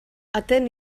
atén